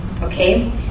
Okay